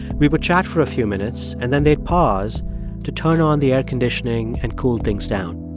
we would chat for a few minutes, and then they'd pause to turn on the air conditioning and cool things down.